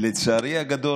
לצערי הגדול,